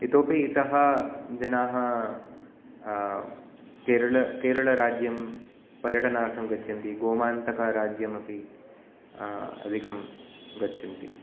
इतोपि इतः जनाः केरळं केरळराज्यं पर्यटनार्थं गच्छन्ति गोमान्तकाराज्यम् अपि अधिकं गच्छन्ति